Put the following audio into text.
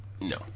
No